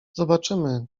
zobaczymy